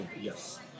Yes